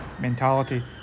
mentality